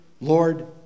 Lord